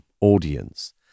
audience